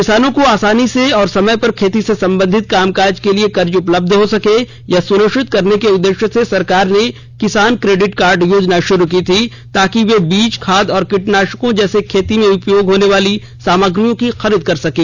किसानों को आसानी से और समय पर खेती से संबंधित कामकाज के लिए कर्ज उपलब्ध हो सके यह सुनिश्चित करने के उद्देश्य से सरकार ने किसान क्रेडिट कार्ड योजना शुरू की थी ताकि ये बीज खाद और कीटनाशकों जैसे खेती में उपयोग होने वाली सामग्रियों की खरीद कर सकें